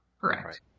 Correct